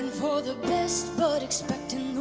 for the best but expecting